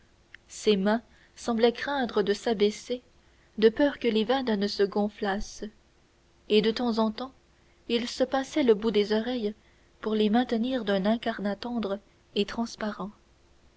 ses mains semblaient craindre de s'abaisser de peur que leurs veines ne se gonflassent et de temps en temps il se pinçait le bout des oreilles pour les maintenir d'un incarnat tendre et transparent